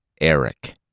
Eric